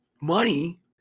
money